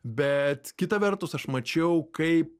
bet kita vertus aš mačiau kaip